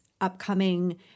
upcoming